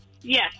Yes